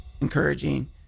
encouraging